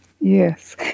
Yes